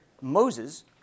Moses